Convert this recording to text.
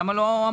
למה לא אמרתם?